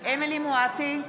אמילי חיה מואטי,